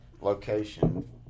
location